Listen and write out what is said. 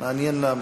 מעניין למה.